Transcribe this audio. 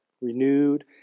renewed